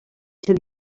ser